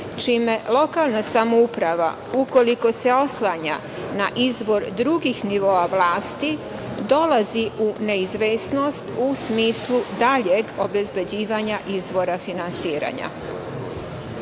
čime lokalna samouprava, ukoliko se oslanja na izvor drugih nivoa vlasti, dolazi u neizvesnost u smislu daljeg obezbeđivanja izvora finansiranja. Zbog